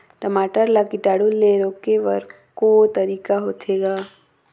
टमाटर ला कीटाणु ले रोके बर को तरीका होथे ग?